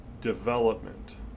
development